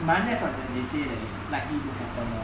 minus what that they say that it is likely to happen lor